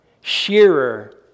shearer